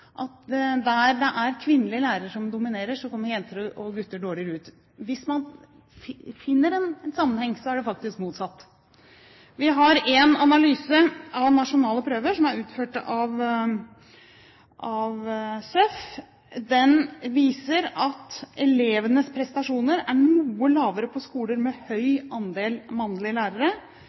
at der det er kvinnelige lærere som dominerer, så kommer gutter dårligere ut. Hvis man finner en sammenheng, så er det faktisk motsatt. Vi har en analyse av nasjonale prøver som er utført av Senter for økonomisk forskning. Den viser at elevenes prestasjoner er noe lavere på skoler med høy andel mannlige lærere.